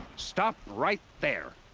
stop. right. there!